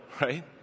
right